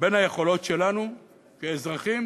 בין היכולות שלנו כאזרחים,